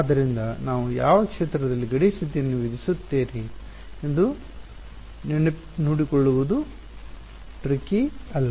ಆದ್ದರಿಂದ ನಾನು ಯಾವ ಕ್ಷೇತ್ರದಲ್ಲಿ ಗಡಿ ಸ್ಥಿತಿಯನ್ನು ವಿಧಿಸುತ್ತಿದ್ದೇನೆ ಎಂದು ನೋಡಿಕೊಳ್ಳುವುದು ಟ್ರಿಕಿ ಅಲ್ಲ